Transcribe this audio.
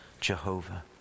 Jehovah